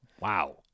Wow